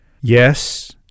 Yes